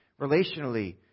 relationally